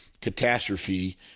catastrophe